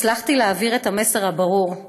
הצלחתי להעביר את המסר הברור,